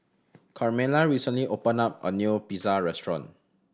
Carmella recently open up a new Pizza Restaurant